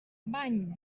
bany